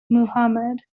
muhammad